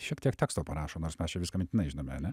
šiek tiek teksto parašo nors mes čia viską mintinai žinome ane